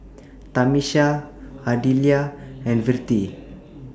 Tamisha Ardelia and Vertie